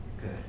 good